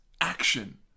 Action